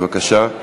בבקשה.